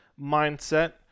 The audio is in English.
mindset